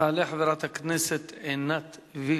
תעלה חברת הכנסת עינת וילף,